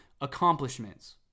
accomplishments